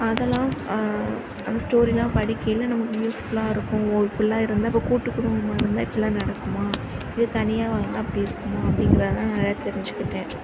அதெல்லாம் அந்த ஸ்டோரியெலாம் படிக்கையில் நமக்கு யூஸ்ஃபுல்லாக இருக்கும் ஓ இப்பட்லாம் இருந்தால் இப்போது கூட்டுக் குடும்பமாக இருந்தால் இப்பட்லாம் நடக்குமா இல்லை தனியாக வாழ்ந்தால் இப்படி இருக்குமா அப்படிங்கிறதுலாம் நிறையா தெரிஞ்சுக்கிட்டேன்